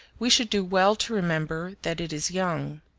we should do well to remember that it is young.